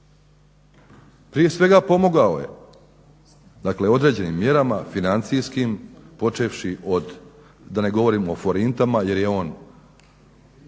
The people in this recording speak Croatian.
prije svega pomogao je dakle određenim mjerama financijskim počevši od, da ne govorim o forintama jer je on